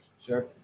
Sure